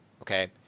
Okay